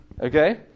Okay